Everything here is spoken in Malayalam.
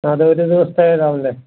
അത് ഒരു ദിവസത്തെ ഇതാണല്ലെ